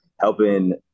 helping